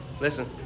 listen